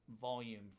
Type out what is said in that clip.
volume